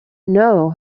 know